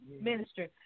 ministry